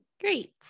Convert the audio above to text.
great